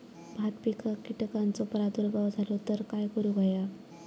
भात पिकांक कीटकांचो प्रादुर्भाव झालो तर काय करूक होया?